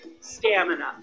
stamina